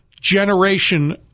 generation